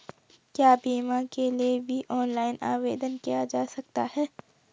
क्या बीमा के लिए भी ऑनलाइन आवेदन किया जा सकता है?